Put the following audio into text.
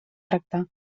tractar